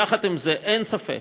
יחד עם זה, אין ספק